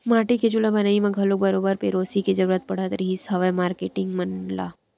माटी के चूल्हा बनई म घलो बरोबर पेरोसी के जरुरत पड़त रिहिस हवय मारकेटिंग मन ल